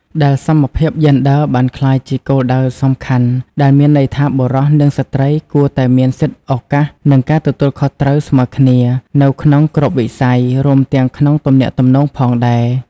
ដែលសមភាពយេនឌ័របានក្លាយជាគោលដៅសំខាន់ ដែលមានន័យថាបុរស និងស្ត្រីគួរតែមាន សិទ្ធិ ឱកាស និងការទទួលខុសត្រូវស្មើគ្នា នៅក្នុងគ្រប់វិស័យ រួមទាំងក្នុងទំនាក់ទំនងផងដែរ។